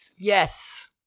Yes